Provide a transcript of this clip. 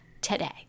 today